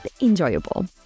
enjoyable